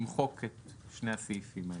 למחוק את שני הסעיפים האלה.